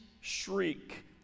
shriek